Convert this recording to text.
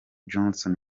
johnson